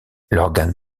l’organe